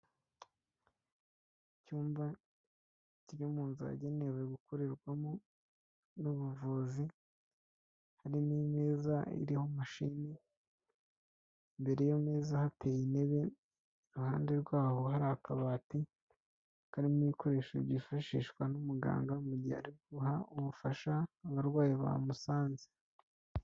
Icyumba kiri mu nzu yagenewe gukorerwamo n'ubuvuzi; hari n'imeza iriho mashini, imbere y'imeza hateye intebe, iruhande rwaho hari akabati karimo ibikoresho byifashishwa n'umuganga mu gihe ari guha ubufasha abarwayi bamusanze.